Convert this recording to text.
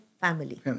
Family